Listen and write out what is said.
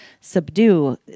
subdue